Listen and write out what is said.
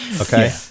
okay